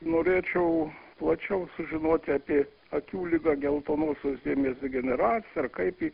norėčiau plačiau sužinoti apie akių ligą geltonosios dėmės degeneracija ar kaip ji